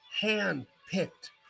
hand-picked